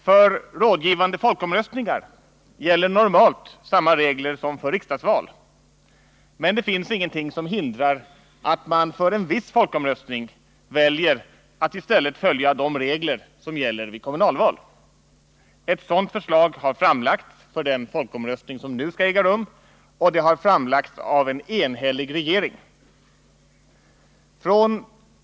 För rådgivande folkomröstningar gäller normalt samma regler som för riksdagsval, men det finns ingenting som hindrar att man för en viss folkomröstning väljer att i stället följa de regler som gäller vid kommunalval. Ett sådant förslag har framlagts inför den folkomröstning som nu skall äga rum, och det har framlagts av en enhällig regering.